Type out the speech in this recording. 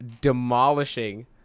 demolishing